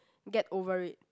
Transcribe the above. get over it